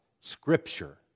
Scripture